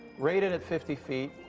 rated at fifty feet.